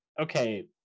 okay